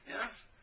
Yes